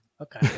Okay